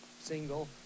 single